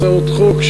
הצעות חוק,